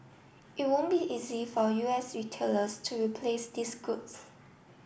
it won't be easy for U S retailers to replace these goods